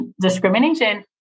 discrimination